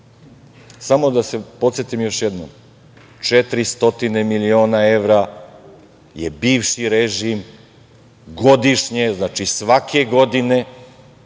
da podsetim još jednom, 400 miliona evra je bivši režim godišnje, znači svake godine,